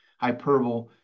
hyperbole